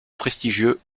prestigieux